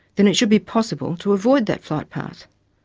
then it should be possible to avoid that flight path.